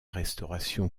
restauration